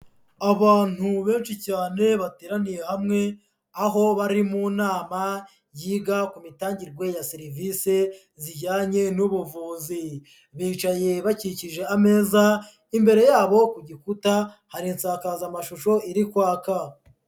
Abantu benshi cyane bateraniye hamwe aho bari mu nama yiga ku mitangirerwe ya serivise zijyanye n'ubuvuzi, bicaye bakikije ameza, imbere yabo ku gikuta hari insakazamashusho iri kwaka.